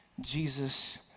Jesus